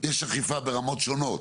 יש אכיפה ברמות שונות.